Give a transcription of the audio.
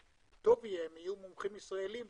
טוב יהיה אם יהיו מומחים ישראליים,